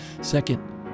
Second